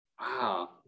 wow